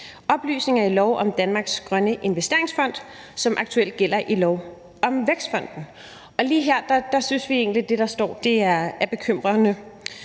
oplysninger i lov om Danmarks Grønne Investeringsfond, som aktuelt gælder i lov om Vækstfonden. Og lige her synes vi egentlig, at det, der står, er bekymrende.